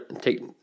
take